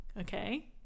Okay